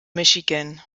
michigan